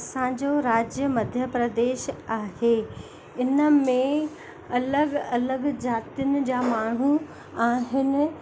असांजो राज्य मध्य प्रदेश आहे इनमें अलॻि अलॻि ज़ातियुनि जा माण्हू आहिनि